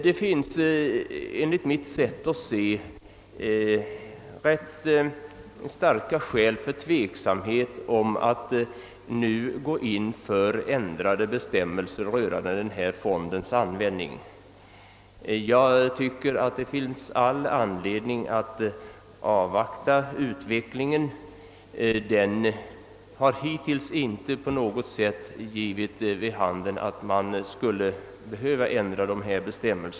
Det finns enligt mitt sätt att se rätt starka skäl till tveksamhet inför att nu ändra bestämmelserna rörandemarkfondens användning. Jag tycker det finns all anledning att avvakta utvecklingen — den har hittills inte på något sätt givit vid handen att bestämmelserna skulle behöva ändras.